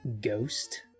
Ghost